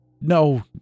No